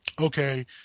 okay